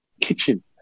kitchen